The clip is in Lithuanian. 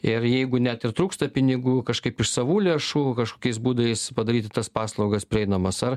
ir jeigu net ir trūksta pinigų kažkaip iš savų lėšų kažkokiais būdais padaryti tas paslaugas prieinamas ar